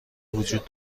وجود